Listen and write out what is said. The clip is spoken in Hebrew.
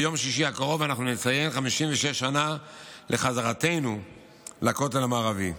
ביום שישי הקרוב אנחנו נציין 56 שנה לחזרתנו לכותל המערבי.